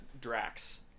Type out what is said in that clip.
Drax